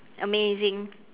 amazing